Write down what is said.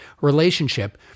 relationship